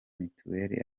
mitiweli